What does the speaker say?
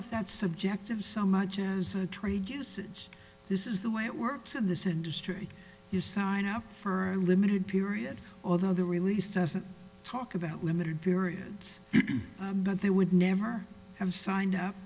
if that's subjective so much as a trade usage this is the way it works in this industry you sign up for a limited period although the release doesn't talk about limited periods that they would never have signed up